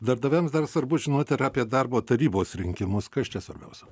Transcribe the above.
darbdaviams dar svarbu žinoti ir apie darbo tarybos rinkimus kas čia svarbiausia